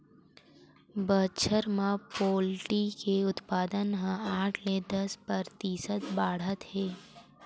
बछर म पोल्टी के उत्पादन ह आठ ले दस परतिसत बाड़हत हे